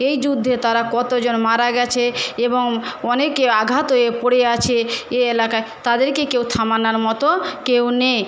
এই যুদ্ধে তারা কত জন মারা গিয়েছে এবং অনেকে আঘাত হয়ে পড়ে আছে এই এলাকায় তাদেরকে কেউ থামানোর মতো কেউ নেই